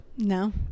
No